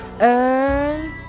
earth